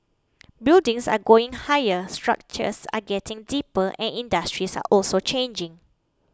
buildings are going higher structures are getting deeper and industries are also changing